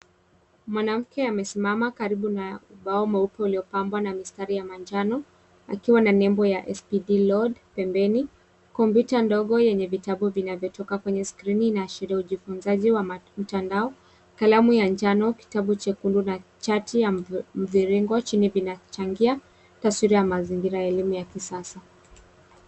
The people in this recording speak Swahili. Mwanamke amesimama karibu na ubao mweupe uliyopambwa na mistari ya manjano akiwa na nebo ya SPD Load pembeni ,kompyuta ndogo yenye vitabu vinayotoka kwenye skrini inaashairia ujifunzaji wa mtandao kalamu ya njano kitabu chekundu na chati ya mviringo vinachangia taswira ya mazingira ya elimu ya kisasa.